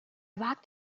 wagt